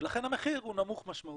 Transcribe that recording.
ולכן המחיר הוא נמוך משמעותית.